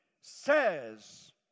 says